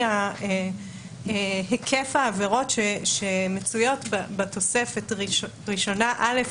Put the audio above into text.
היקף העבירות שמצויות בתוספת הראשונה א',